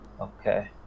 Okay